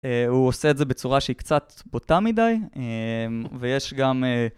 הוא עושה את זה בצורה שהיא קצת בוטה מדי, ויש גם...